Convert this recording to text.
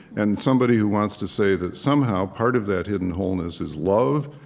and somebody who wants to say that somehow part of that hidden wholeness is love,